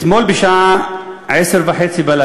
אתמול בשעה 22:30,